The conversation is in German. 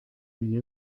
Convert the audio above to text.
wie